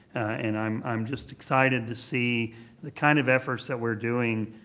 and i'm i'm just excited to see the kind of efforts that we're doing,